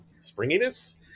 springiness